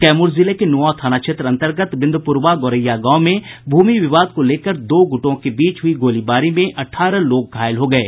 कैमूर जिले के नुआंव थाना क्षेत्र अंतर्गत बिंदपुरवा गौरेया गांव में भूमि विवाद को लेकर दो गुटों के बीच हुई गोलीबारी में अठारह लोग घायल हो गये